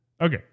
Okay